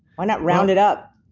why not round it up?